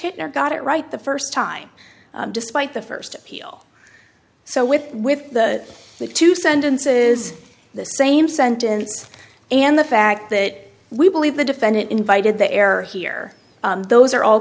hitler got it right the first time despite the first peel so with with the the two sentences the same sentence and the fact that we believe the defendant invited the error here those are all